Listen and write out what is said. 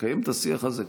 לקיים את השיח הזה כאן,